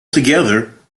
together